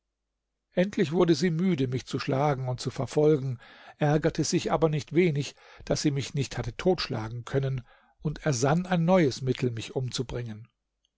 endlich wurde sie müde mich zu schlagen und zu verfolgen ärgerte sich aber nicht wenig daß sie mich nicht hatte totschlagen können und ersann ein neues mittel mich umzubringen